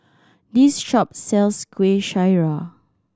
this shop sells Kueh Syara